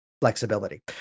Flexibility